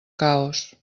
caos